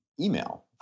email